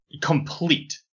complete